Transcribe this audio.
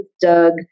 Doug